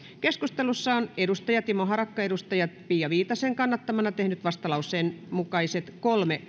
keskustelussa on timo harakka pia viitasen kannattamana tehnyt vastalauseen mukaiset kolme